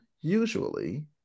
usually